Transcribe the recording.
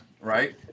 right